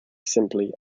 simply